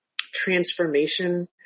transformation